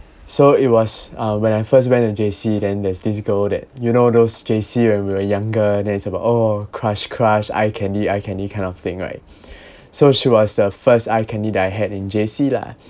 so it was uh when I first went to J_C then there's this girl that you know those J_C when we were younger then it's about oh crush crush eye candy eye candy kind of thing right so she was the first eye candy that I had in J_C lah